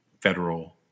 federal